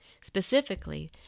specifically